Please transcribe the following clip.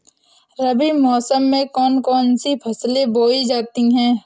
रबी मौसम में कौन कौन सी फसलें बोई जाती हैं?